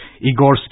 Igor